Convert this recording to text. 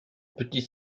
petit